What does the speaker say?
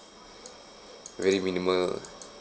very minimal